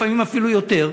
ולפעמים אפילו יותר,